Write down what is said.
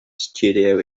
studio